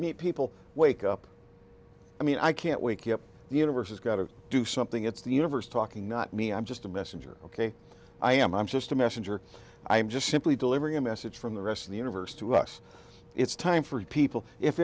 meet people wake up i mean i can't wake you up the universe has got to do something it's the universe talking not me i'm just a messenger ok i am i'm just a messenger i'm just simply delivering a message from the rest of the universe to us it's time for you people if